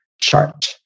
chart